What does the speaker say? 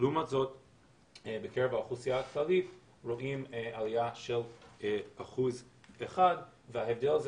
לעומת זאת בקרב האוכלוסייה הכללית רואים עלייה של 1% וההבדל הזה